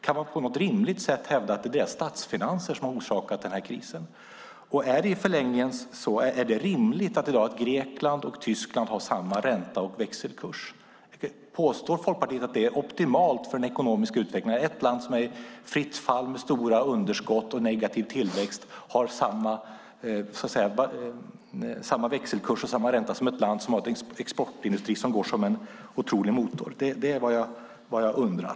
Kan man på något sätt rimligt sätt hävda att det är deras statsfinanser som har orsakat krisen? Är det i förlängningen rimligt att Grekland och Tyskland har samma ränta och växelkurs? Påstår Folkpartiet att det är optimalt för den ekonomiska utvecklingen att ett land som är i fritt fall med stora underskott och negativ tillväxt har samma växelkurs och ränta som ett land med en exportindustri som går som en otrolig motor? Det är vad jag undrar.